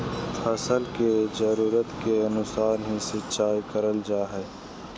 फसल के जरुरत के अनुसार ही सिंचाई करल जा हय